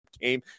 game